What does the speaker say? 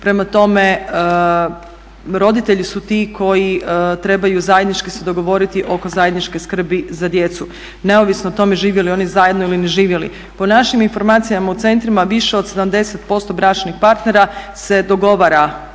Prema tome, roditelji su ti koji trebaju zajednički se dogovoriti oko zajedničke skrbi za djecu neovisno o tome živjeli oni zajedno ili ne živjeli. Po našim informacijama u centrima više od 70% bračnih partnera se dogovara